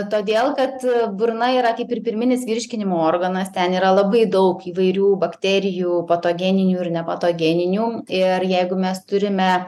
todėl kad burna yra kaip ir pirminis virškinimo organas ten yra labai daug įvairių bakterijų patogeninių ir nepatogeninių ir jeigu mes turime